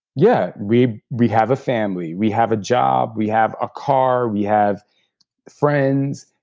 yeah, we we have a family. we have a job. we have a car. we have friends.